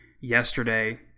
Yesterday